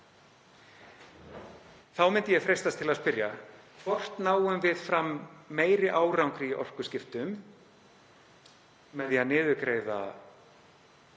Þá myndi ég freistast til að spyrja: Hvort náum við meiri árangri í orkuskiptum með því að niðurgreiða